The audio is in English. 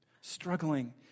struggling